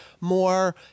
more